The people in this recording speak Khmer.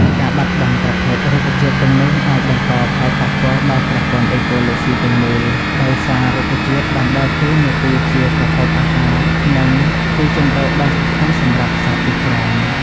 ការបាត់បង់ប្រភេទរុក្ខជាតិទាំងនេះអាចបង្កផលប៉ះពាល់ដល់ប្រព័ន្ធអេកូឡូស៊ីទាំងមូល ដោយសាររុក្ខជាតិបានដើរតួនាទីជាប្រភពអាហារ និងទីជម្រកដ៏សំខាន់សម្រាប់សត្វជាច្រើន។